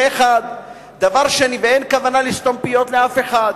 זה דבר אחד, ואין כוונה לסתום פיות לאף אחד.